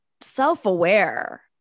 self-aware